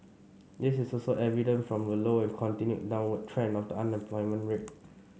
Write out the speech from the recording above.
this is also evident from the low and continued downward trend of the unemployment rate